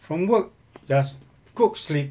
from work just cook sleep